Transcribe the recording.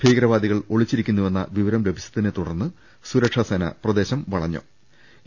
ഭീകരവാദി കൾ ഒളിച്ചിരിക്കുന്നുവെന്ന വിവർം ലഭിച്ചതിനെ തുടർന്ന് സുരക്ഷാ സേന പ്രദേശം വളഞ്ഞിരിക്കുകയാണ്